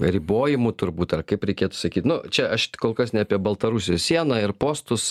ribojimu turbūt kaip reikėtų sakyt nu čia aš kol kas ne apie baltarusijos sieną ir postus